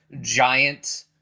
giant